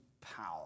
power